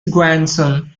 grandson